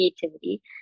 creativity